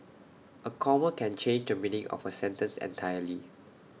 A comma can change the meaning of A sentence entirely